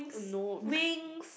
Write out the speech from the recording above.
no winks